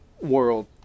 world